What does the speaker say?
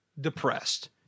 depressed